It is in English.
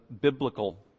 biblical